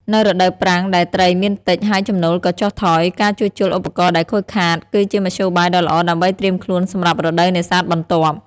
នៅរដូវប្រាំងដែលត្រីមានតិច ហើយចំណូលក៏ចុះថយ ការជួសជុលឧបករណ៍ដែលខូចគឺជាមធ្យោបាយដ៏ល្អដើម្បីត្រៀមខ្លួនសម្រាប់រដូវនេសាទបន្ទាប់។